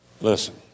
Listen